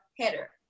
header